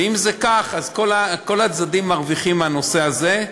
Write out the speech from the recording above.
ואם זה כך, כל הצדדים מרוויחים מהנושא הזה.